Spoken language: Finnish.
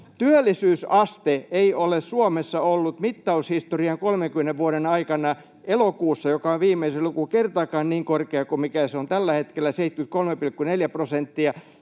Työllisyysaste ei ole Suomessa ollut mittaushistorian, 30 vuoden, aikana elokuussa, joka on viimeisin luku, kertaakaan niin korkea kuin se on tällä hetkellä, 73,4 prosenttia.